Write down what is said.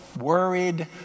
worried